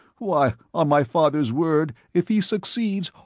why on my father's word, if he succeeds,